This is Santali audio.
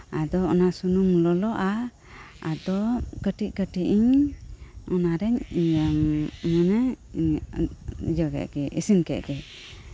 ᱟᱫᱚ ᱚᱱᱟ ᱥᱩᱱᱩᱢ ᱞᱚᱞᱚᱜᱼᱟ ᱟᱫᱚ ᱠᱟᱹᱴᱤᱡ ᱠᱟᱹᱴᱤᱡ ᱤᱧ ᱚᱱᱟᱨᱤᱧ ᱢᱟᱱᱮ ᱤᱭᱟᱹ ᱠᱮᱫ ᱜᱮ ᱤᱥᱤᱱ ᱠᱮᱫ ᱜᱮ